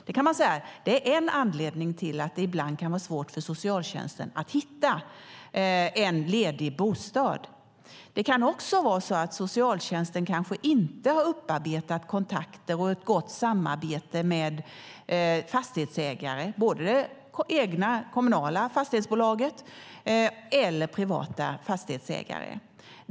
Det är en anledning till att det ibland kan vara svårt för socialtjänsten att hitta en ledig bostad. Det kan också vara så att socialtjänsten inte har upparbetat kontakter och ett gott samarbete med fastighetsägare, varken med det egna kommunala fastighetsbolaget eller med privata fastighetsägare.